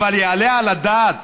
היעלה על הדעת